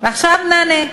ועכשיו נענה.